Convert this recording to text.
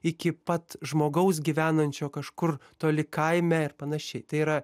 iki pat žmogaus gyvenančio kažkur toli kaime ir panašiai tai yra